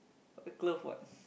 wear glove [what]